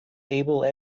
able